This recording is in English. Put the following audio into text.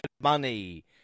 money